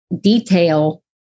detail